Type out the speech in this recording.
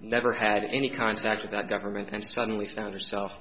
never had any contact with that government and suddenly found herself